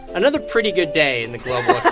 another pretty good day in the global